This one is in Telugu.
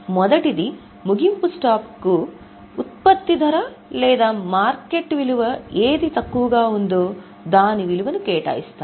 మొదటిది ముగింపు స్టాక్ కు ఉత్పత్తి ధర లేదా మార్కెట్ విలువ ఏది తక్కువగా ఉందో దాని విలువను కేటాయిస్తా ము